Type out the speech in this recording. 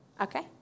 Okay